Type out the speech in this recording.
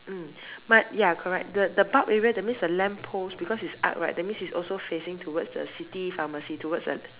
mm but ya correct the the bulb area that means the lamp post because it's arc right that means it's also facing towards the city pharmacy towards a